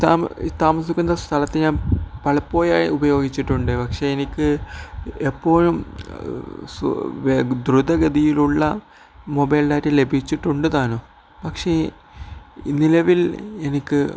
താമസിക്കുന്ന സ്ഥലത്ത് ഞാൻ പലപ്പോഴായി ഉപയോഗിച്ചിട്ടുണ്ട് പക്ഷെ എനിക്കെപ്പോഴും ദ്രുതഗതിയിലുള്ള മൊബൈല് ഡാറ്റ ലഭിച്ചിട്ടുണ്ടുതാനും പക്ഷെ നിലവിൽ എനിക്ക്